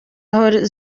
aho